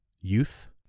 youth